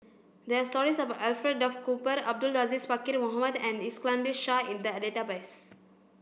there are stories about Alfred Duff Cooper Abdul Aziz Pakkeer Mohamed and Iskandar Shah in the database